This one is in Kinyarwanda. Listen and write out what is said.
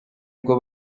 bwo